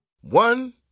One